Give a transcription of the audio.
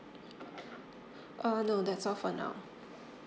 uh no that's all for now